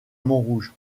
montrouge